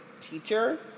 teacher